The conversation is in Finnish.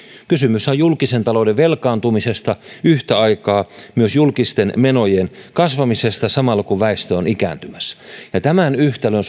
kysymys on julkisen talouden velkaantumisesta ja yhtä aikaa myös julkisten menojen kasvamisesta samalla kun väestö on ikääntymässä ja tämän yhtälön